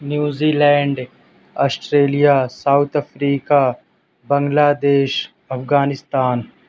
new Zealand Australia South Africa Bangladesh Afghanistan